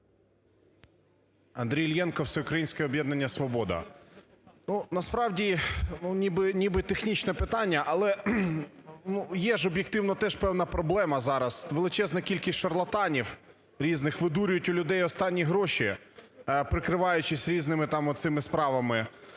Андрій Іллєнко, Всеукраїнське об'єднання "Свобода". Ну, насправді, ну, ніби технічне питання, але, ну, є ж об'єктивно теж певна проблема зараз – величезна кількість шарлатанів різних видурюють у людей останні гроші, прикриваючись різними там оцими справами.